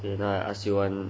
then I ask you one